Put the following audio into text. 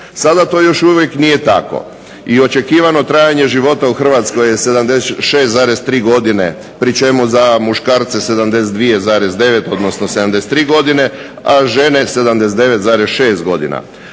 Sada to još uvijek nije tako i očekivano trajanje života u Hrvatskoj je 76,3 godine, pri čemu za muškarce 72,9 odnosno 73 godine, a žele 79,6 godina.